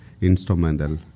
instrumental